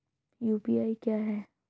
UPI क्या है?